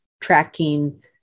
tracking